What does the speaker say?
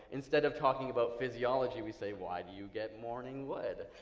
instead of talking about physiology, we say, why do you get morning wood?